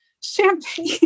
champagne